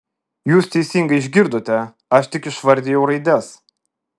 jūs teisingai išgirdote aš tik išvardijau raides